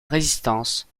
résistance